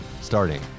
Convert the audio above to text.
starting